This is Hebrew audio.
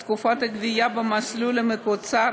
תקופת הגבייה במסלול המקוצר